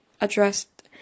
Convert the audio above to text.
addressed